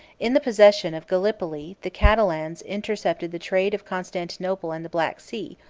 in the possession of gallipoli, the catalans intercepted the trade of constantinople and the black sea,